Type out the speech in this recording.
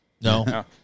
No